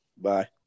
Bye